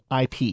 IP